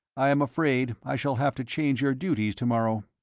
i am afraid i shall have to change your duties to-morrow.